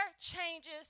changes